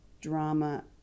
drama